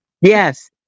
Yes